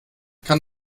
kann